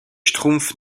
schtroumpfs